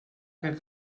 que